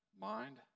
mind